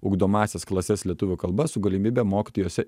ugdomąsias klases lietuvių kalba su galimybe mokyti juose